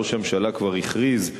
ראש הממשלה כבר הכריז,